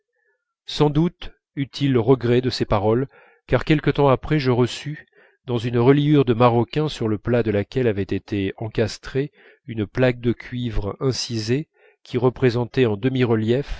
sans doute eut-il regret de ces paroles car quelque temps après je reçus dans une reliure de maroquin sur le plat de laquelle avait été encastrée une plaque de cuir incisé qui représentait en